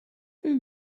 who